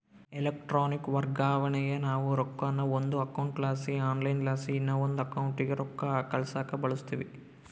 electronic ವರ್ಗಾವಣೇನಾ ನಾವು ರೊಕ್ಕಾನ ಒಂದು ಅಕೌಂಟ್ಲಾಸಿ ಆನ್ಲೈನ್ಲಾಸಿ ಇನವಂದ್ ಅಕೌಂಟಿಗೆ ರೊಕ್ಕ ಕಳ್ಸಾಕ ಬಳುಸ್ತೀವಿ